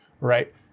right